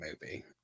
movie